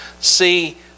see